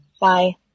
Bye